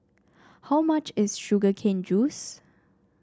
how much is Sugar Cane Juice